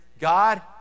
God